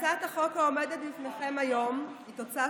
הצעת החוק העומדת בפניכם היום היא תוצאה